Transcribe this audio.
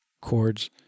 Chords